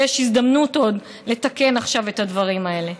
יש עוד הזדמנות לתקן עכשיו את הדברים האלה.